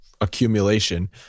accumulation